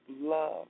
love